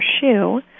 shoe